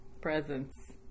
presents